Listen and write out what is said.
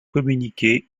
communiquer